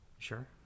sure